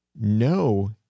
no